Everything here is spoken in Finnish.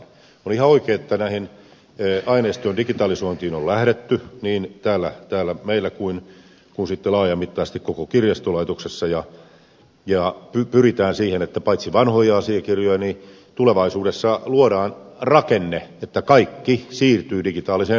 on ihan oikein että tähän aineistojen digitalisointiin on lähdetty niin täällä meillä kuin sitten laajamittaisesti koko kirjastolaitoksessa ja pyritään siihen että paitsi että vanhoja asiakirjoja digitalisoidaan tulevaisuudessa luodaan rakenne että kaikki siirtyy digitaaliseen muotoon